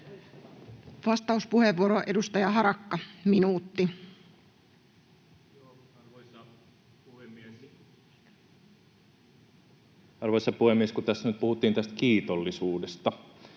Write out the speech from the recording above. Vastauspuheenvuoro, edustaja Harakka, minuutti. Arvoisa puhemies! Kun tässä nyt puhuttiin tästä kiitollisuudesta,